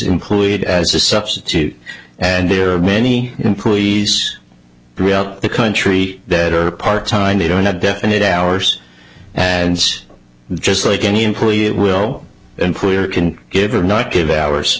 employed as a substitute and there are many employees throughout the country that are part time they don't have definite hours and just like any employee will employer can give or not give hours